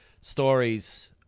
stories